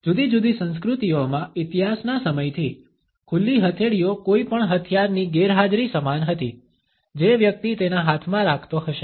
જુદી જુદી સંસ્કૃતિઓમાં ઇતિહાસના સમયથી ખુલ્લી હથેળીઓ કોઈ પણ હથિયારની ગેરહાજરી સમાન હતી જે વ્યક્તિ તેના હાથમાં રાખતો હશે